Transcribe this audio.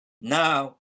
now